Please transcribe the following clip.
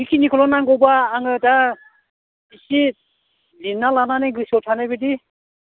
बिखिनिखौल' नांगौबा आङो दा एसे लिरना लानानै गोसोआव थानाय बायदि